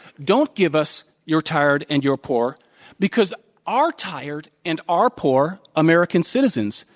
don't give us your tired and your poor because our tired and our poor american citizens,